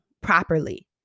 properly